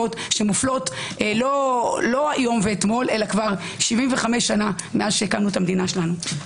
שמופלות לא היום ואתמול אלא כבר 75 שנה מאז הקמנו את המדינה שלנו.